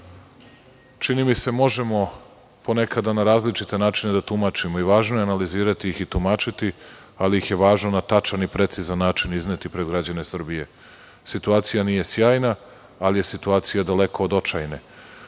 čini mi se, možemo ponekada na različite načine da tumačimo i važno je analizirati ih i tumačiti, ali ih je važno na tačan i precizan način izneti pred građane Srbije. Situacija nije sjajna, ali je situacija daleko od očajne.